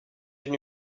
venu